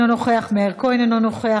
אינו נוכח,